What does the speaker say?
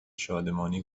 شادمانی